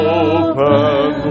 open